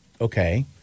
Okay